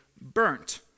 burnt